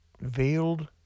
veiled